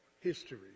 history